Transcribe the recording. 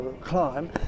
climb